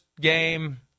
game